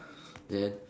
then